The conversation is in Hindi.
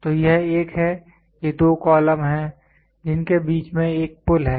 तो यह एक है ये दो कॉलम हैं जिनके बीच में एक पुल है